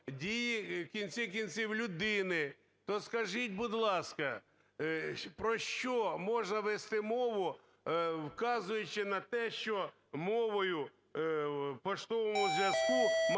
дії, в кінці кінців, людини. То, скажіть, будь ласка, про що можна вести мову, вказуючи на те, що мовою поштового зв'язку